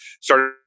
started